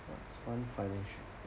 what's one financial